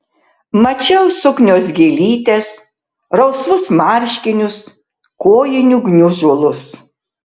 mačiau suknios gėlytes rausvus marškinius kojinių gniužulus